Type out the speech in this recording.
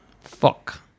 Fuck